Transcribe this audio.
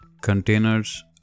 containers